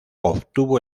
obtuvo